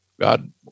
God